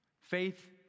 Faith